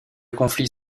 conflit